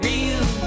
Real